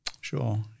Sure